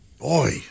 Boy